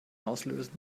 auslösen